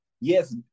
yes